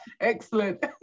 excellent